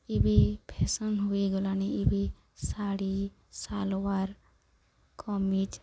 ଏବେ ଫ୍ୟାସନ୍ ହୋଇଗଲାଣି ଏବେ ଶାଢ଼ୀ ସାଲୱାର କମିଜ୍